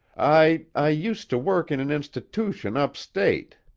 i i used to work in an institootion up-state.